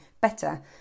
better